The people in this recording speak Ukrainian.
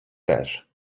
теж